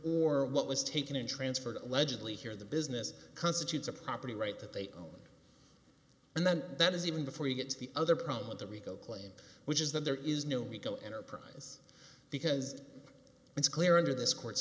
or what was taken and transferred allegedly here the business constitutes a property right that they own and then that is even before you get to the other problem with the rico claim which is that there is no rico enterprise because it's clear under this court